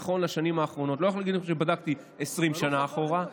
אני לא יכול להגיד לכם שבדקתי 20 שנה אחורה,